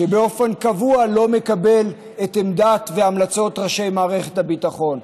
שבאופן קבוע לא מקבל את עמדת והמלצת ראשי מערכת הביטחון,